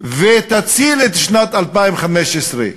ותציל את שנת 2015,